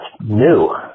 new